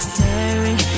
Staring